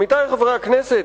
עמיתי חברי הכנסת,